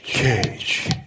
Cage